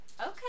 okay